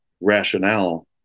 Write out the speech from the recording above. rationale